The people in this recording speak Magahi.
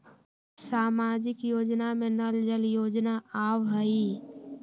सामाजिक योजना में नल जल योजना आवहई?